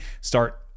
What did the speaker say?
start